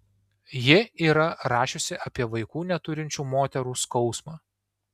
ji yra rašiusi apie vaikų neturinčių moterų skausmą